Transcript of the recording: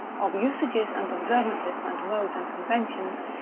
of usages and observances and modes and conventions,